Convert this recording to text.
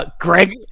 Greg